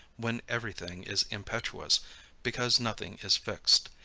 when every thing is impetuous because nothing is fixed,